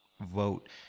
vote